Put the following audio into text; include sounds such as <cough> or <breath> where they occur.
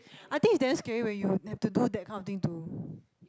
I think it's damn scary when you have to do that kind of thing to <breath>